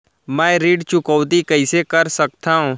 मैं ऋण चुकौती कइसे कर सकथव?